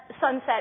sunset